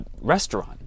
restaurant